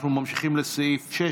אנחנו ממשיכים לסעיף 6,